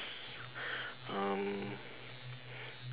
um